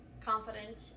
confident